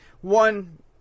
One